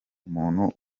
umuntu